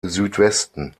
südwesten